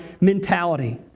mentality